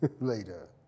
later